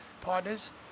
partners